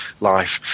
life